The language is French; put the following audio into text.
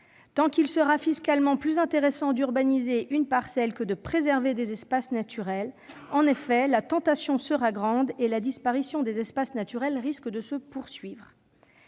Tant qu'il sera fiscalement plus intéressant d'urbaniser une parcelle que de préserver des espaces naturels, la tentation sera grande, et la disparition des espaces naturels risque de se poursuivre.